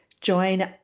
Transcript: Join